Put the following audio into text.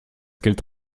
qu’elle